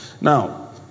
Now